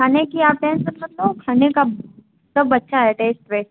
खाने की आप टेंशन मत लो खाने का सब अच्छा है टेस्ट वेस्ट